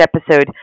episode